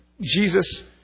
Jesus